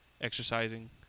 exercising